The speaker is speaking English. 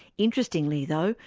interestingly, though,